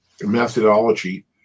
methodology